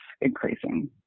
increasing